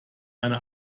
eine